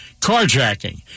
carjacking